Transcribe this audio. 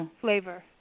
flavor